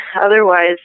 otherwise